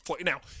Now